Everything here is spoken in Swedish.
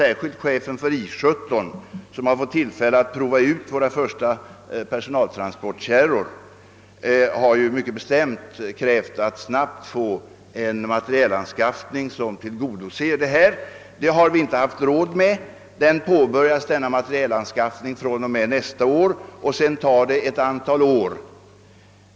Särskilt chefen för I 17, som fått tillfälle att prova ut våra första personaltransportkärror, har mycket bestämt krävt att sådan materiel snabbt anskaffas. Det har vi inte haft råd med. Denna materielanskaffning påbörjas fr.o.m. nästa år, och den kommer att pågå ett antal år.